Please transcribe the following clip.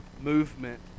movement